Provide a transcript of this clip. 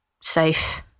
safe